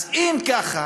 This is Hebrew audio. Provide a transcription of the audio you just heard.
אז אם ככה,